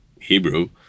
Hebrew